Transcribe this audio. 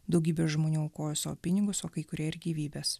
daugybė žmonių aukojo savo pinigus o kai kurie ir gyvybes